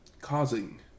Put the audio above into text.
causing